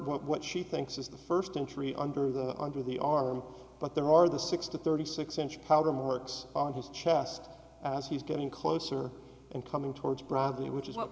first what she thinks is the first entry under the under the arm but there are the six to thirty six inch powder mercs on his chest as he's getting closer and coming towards bradley which is what